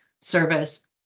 service